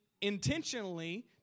intentionally